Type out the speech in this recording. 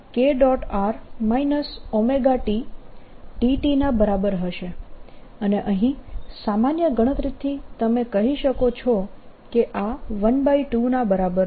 r ωtdt ના બરાબર હશે અને અહીં સામાન્ય ગણતરીથી તમે કહી શકો કે આ 12 ના બરાબર છે